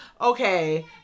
okay